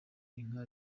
inka